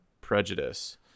prejudice